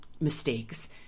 mistakes